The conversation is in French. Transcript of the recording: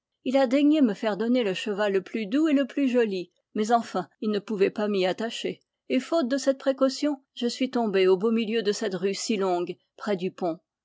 il a daigné me faire donner le cheval le plus doux et le plus joli mais enfin il ne pouvait pas m'y attacher et faute de cette précaution je suis tombé au beau milieu de cette rue si longue près du pont